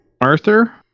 arthur